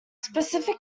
specific